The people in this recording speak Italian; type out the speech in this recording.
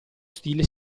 stile